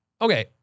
okay